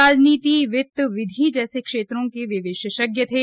राजनीति वित्त विधि जैसे क्षेत्रों के वे विशेषज्ञ थे